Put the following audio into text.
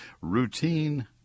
Routine